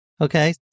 okay